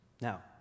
Now